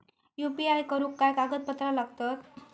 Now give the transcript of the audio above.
UPI करुक काय कागदपत्रा लागतत?